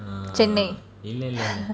chennai